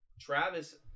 Travis